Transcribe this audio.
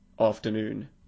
afternoon